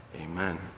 amen